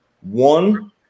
one